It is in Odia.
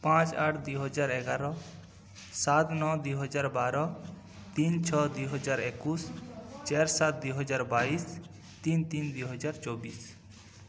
ପାଞ୍ଚ ଆଠ ଦୁଇହଜାର ଏଗାର ସାତ ନଅ ଦୁଇ ହଜାର ବାର ତିନ ଛଅ ଦୁଇ ହଜାର ଏକୋଇଶ ଚାର ସାତ ଦୁଇ ହଜାର ବାଇଶ ତିନି ତିନି ଦୁଇ ହଜାର ଚବିଶ